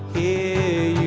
a